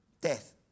death